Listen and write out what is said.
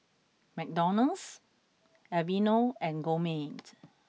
McDonald's Aveeno and Gourmet